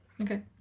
okay